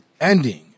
ending